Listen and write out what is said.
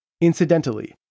Incidentally